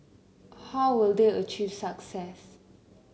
how will they achieve success